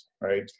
right